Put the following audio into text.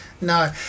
No